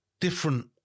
different